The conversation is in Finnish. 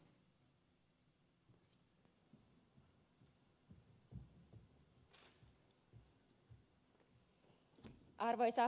arvoisa puhemies